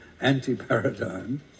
anti-paradigm